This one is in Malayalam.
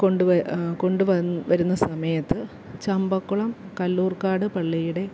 കൊണ്ടുവന്ന് കൊണ്ടുവന്ന് കൊണ്ടുവരുന്ന സമയത്ത് ചമ്പക്കുളം കല്ലൂർക്കാട് പള്ളിയുടെ